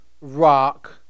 rock